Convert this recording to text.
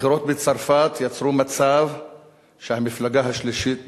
הבחירות בצרפת יצרו מצב שהמפלגה השלישית בגודלה,